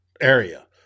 area